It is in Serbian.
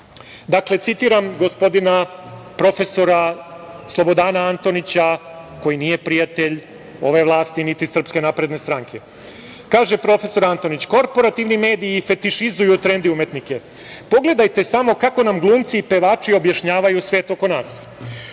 citiram gospodina profesora Slobodana Antonića, koji nije prijatelj ove vlasti, niti SNS. Kaže profesor Antonić - korporativni mediji fetišizuju trendi umetnike. Pogledajte samo kako nam glumci i pevači objašnjavaju svet oko nas.